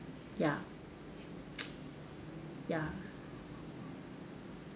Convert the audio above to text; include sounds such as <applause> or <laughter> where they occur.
ya <noise> ya